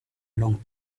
long